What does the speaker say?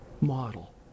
model